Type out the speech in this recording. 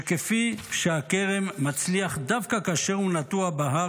שכפי שהכרם מצליח דווקא כאשר הוא נטוע בהר